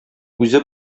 үзе